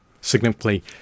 significantly